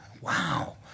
wow